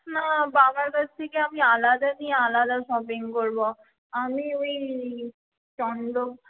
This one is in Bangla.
না বাবার কাছ থেকে আমি আলাদা নিয়ে আলাদা শপিং করব আমি ওই চন্দ্র